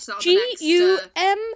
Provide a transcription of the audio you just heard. G-U-M